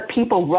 People